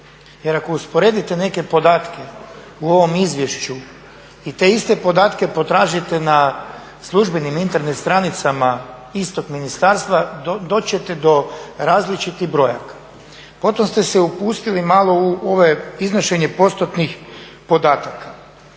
Jer ako usporedite neke podatke u ovom izvješću i te iste podatke potražite na službenim Internet stranicama istog ministarstva doći ćete do različitih brojaka. Potom ste se upustili malo u ove, iznošenje postotnih podataka.